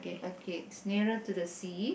okay it's nearer to the sea